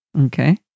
Okay